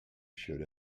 showed